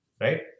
Right